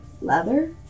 leather